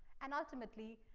and ultimately,